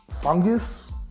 fungus